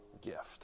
gift